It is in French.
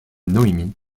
noémie